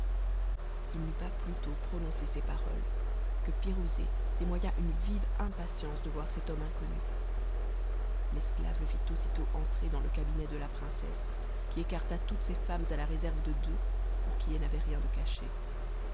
il n'eut pas plutôt prononcé ces paroles que pirouzé témoigna une vive impatience de voir cet homme inconnu l'esclave le t aussitôt entrer dans le cabinet de la princesse qui écarta toutes ses femmes à la réserve de deux pour qui elle n'avait rien de caché